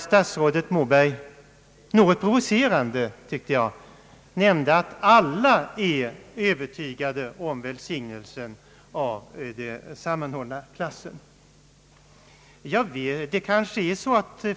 Statsrådet sade — något provocerande, tyckte jag — att alla är övertygade om välsignelsen av den sammanhållna klassen.